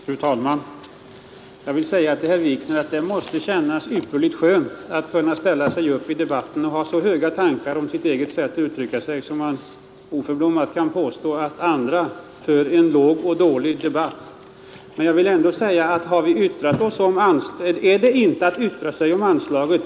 Fru talman! Jag vill säga till herr Wikner att det måste kännas ytterligt skönt att kunna ställa sig upp i debatten och ha så höga tankar om sitt eget sätt att uttrycka sig att man oförblommerat kan påstå att andra för en låg och dålig debatt. Herr Wikner beskyllde oss sedan för att inte föra debatten om själva anslaget.